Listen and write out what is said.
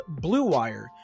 BLUEWIRE